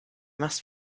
must